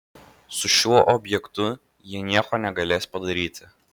su šiuo objektu jie nieko negalės padaryti